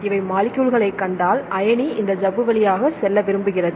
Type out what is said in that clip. இவை மாலிக்யூல்களை க் கண்டால் அயனி இந்த சவ்வு வழியாக செல்ல விரும்புகிறது